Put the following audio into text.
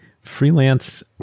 freelance